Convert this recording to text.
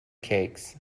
cakes